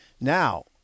Now